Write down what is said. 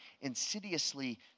insidiously